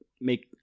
make